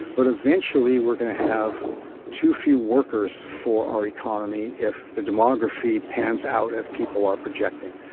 but eventually we're going to have too few workers for our economy if the demography pans out as people are projecting.